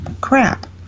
Crap